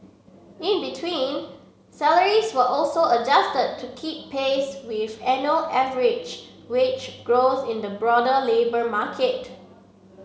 in between salaries were also adjusted to keep pace with annual average wage growth in the broader labour market